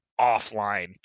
offline